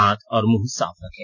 हाथ और मुंह साफ रखें